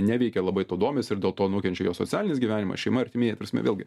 neveikia labai tuo domisi ir dėl to nukenčia jo socialinis gyvenimas šeima artimieji ta prasme vėlgi